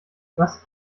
was